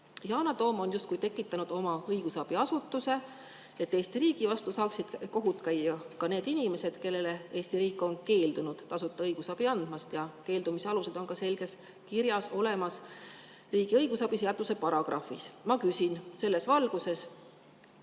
Yana Toom on justkui tekitanud oma õigusabiasutuse, et Eesti riigi vastu saaksid kohut käia ka need inimesed, kellele Eesti riik on keeldunud tasuta õigusabi andmast, ja keeldumise alused on selges kirjas olemas riigi õigusabi seaduse paragrahvis. Ma küsin selles valguses.